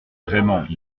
vraiment